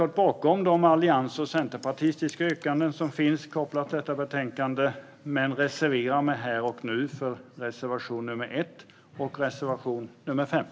Jag står givetvis bakom Alliansens och Centerpartiets yrkanden kopplade till betänkandet, men här och nu yrkar jag bifall endast till reservationerna 1 och 15.